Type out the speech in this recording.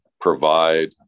provide